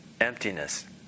emptiness